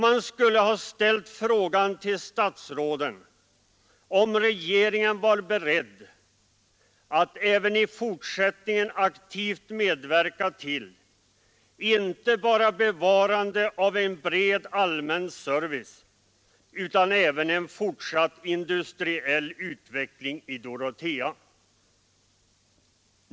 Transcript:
Man skulle ha ställt frågan till statsråden, om regeringen var beredd att även i fortsättningen aktivt medverka till inte bara bevarandet av en bred allmän service utan även en fortsatt industriell utveckling i Dorotea.